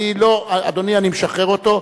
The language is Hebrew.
אדוני, אני משחרר אותו.